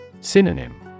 Synonym